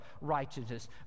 righteousness